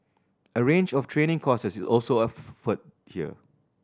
a range of training courses is also offered here